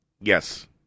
Yes